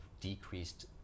decreased